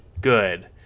good